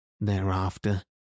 thereafter